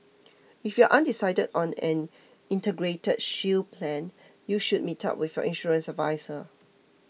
if you are undecided on an Integrated Shield Plan you should meet up with your insurance adviser